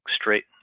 straight